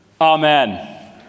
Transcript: Amen